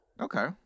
Okay